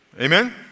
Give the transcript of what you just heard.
Amen